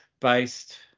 based